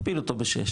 מכפיל אותו ב-שש,